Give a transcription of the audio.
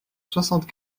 soixante